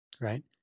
right